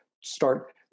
start